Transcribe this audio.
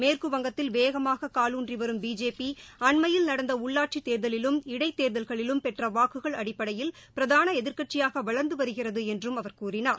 மேற்கு வங்கத்தில் வேகமாக காலூன்றி வரும் பிஜேபி அண்மையில் நடந்த உள்ளாட்சி தேர்தலிலும் இடைதேர்தல்களிலும் பெற்ற வாக்குகள் அடிப்படையில் பிரதான எதிர்க்கட்சியாக வளர்ந்து வருகிறது என்றும் அவர் கூறினார்